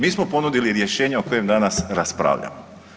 Mi smo ponudili rješenje o kojem danas raspravljamo.